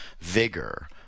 vigor